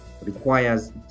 requires